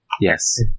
yes